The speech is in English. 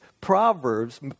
proverbs